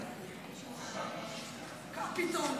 קפיטול.